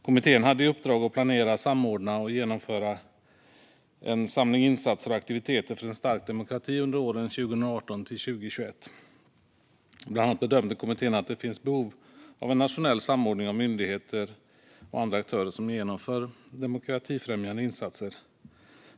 Kommittén hade i uppdrag att planera, samordna och genomföra en samling av insatser och aktiviteter för en stark demokrati under åren 2018-2021. Bland annat bedömde kommittén att det finns behov av en nationell samordning av myndigheter och andra aktörer som genomför demokratifrämjande insatser.